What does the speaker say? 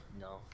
No